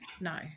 no